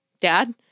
dad